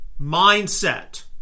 mindset